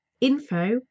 info